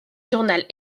journal